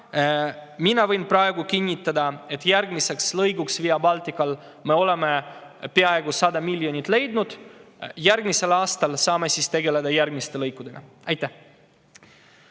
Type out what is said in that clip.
Ma võin praegu kinnitada, et järgmise lõigu jaoks Via Baltical me oleme peaaegu 100 miljonit leidnud. Järgmisel aastal saame tegeleda siis järgmiste lõikudega. Aitäh!